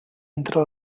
entre